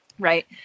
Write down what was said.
Right